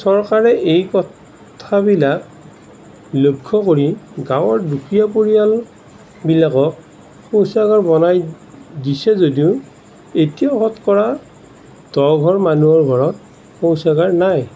চৰকাৰে এই কথাবিলাক লক্ষ্য কৰি গাঁৱৰ দুখীয়া পৰিয়াল বিলাকক শৌচাগাৰ বনাই দিছে যদিও এতিয়াও শতকৰা দহঘৰ মানুহৰ ঘৰত শৌচাগাৰ নাই